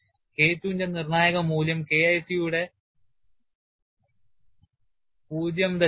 K II ന്റെ നിർണായക മൂല്യം K IC യുടെ 0